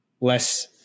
less